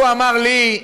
הוא אמר לי,